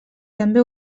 també